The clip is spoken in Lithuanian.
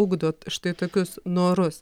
ugdot štai tokius norus